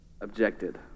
objected